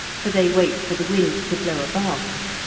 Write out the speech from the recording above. for they wait for the wind to blow abaft,